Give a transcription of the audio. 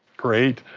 great.